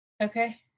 Okay